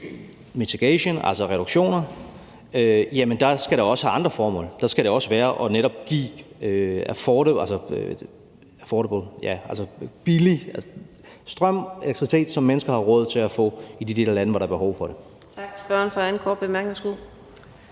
mitigation, altså reduktioner, skal det også have andre formål. Der skal det også netop være at give billig strøm, elektricitet, som mennesker har råd til i de lande, hvor der er behov for det. Kl. 17:36 Fjerde